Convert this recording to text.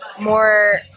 more